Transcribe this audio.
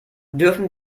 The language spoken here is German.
dürfen